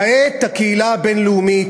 כעת הקהילה הבין-לאומית,